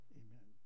amen